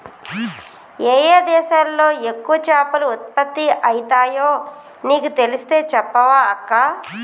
ఏయే దేశాలలో ఎక్కువ చేపలు ఉత్పత్తి అయితాయో నీకు తెలిస్తే చెప్పవ అక్కా